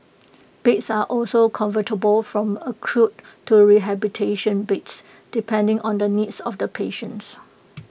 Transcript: beds are also convertible from acute to rehabilitation beds depending on the needs of the patients